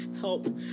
help